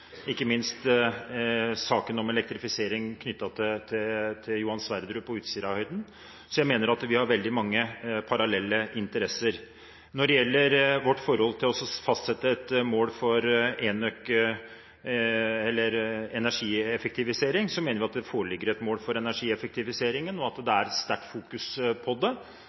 ikke minst i saken om elektrifisering knyttet til Johan Sverdrup og Utsirahøyden. Så jeg mener at vi har veldig mange parallelle interesser. Når det gjelder vårt forhold til å fastsette et mål for energieffektivisering, mener vi at det foreligger et mål for energieffektiviseringen, og at det er et sterkt fokus på det.